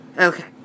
Okay